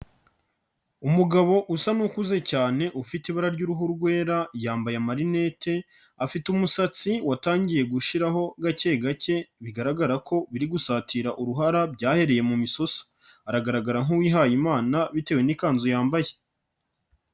Umugabo usa n'ukuze cyane ufite ibara ry'uruhu rwera, yambaye marinete afite umusatsi watangiye gushiraho gake gake bigaragara ko biri gusatira uruhara byahereye mu misoso, aragaragara nk'uwihaye Imana bitewe n'ikanzu yambaye.